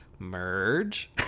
merge